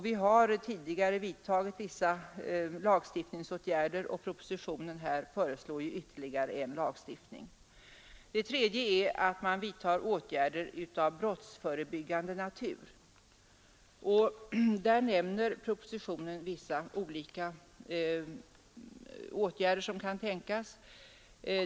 Vi har tidigare vidtagit vissa lagstiftningsåtgärder, och i propositionen föreslås ju ytterligare en lagstiftning. Det tredje är att man vidtar åtgärder av brottsförebyggande natur, och där nämns i propositionen olika åtgärder som kan tänkas.